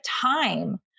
time